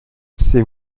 c’est